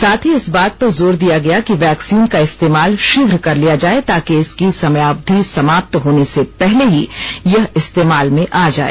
साथ ही इस बात पर जोर दिया गया कि वैक्सीन का इस्तेमाल शीघ्र कर लिया जाए ताकि इसकी समयावधि समाप्त होने से पहले ही यह इस्तेमाल में आ जाए